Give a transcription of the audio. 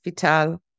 Vital